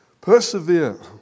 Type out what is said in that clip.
Persevere